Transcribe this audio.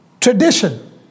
tradition